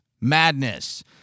madness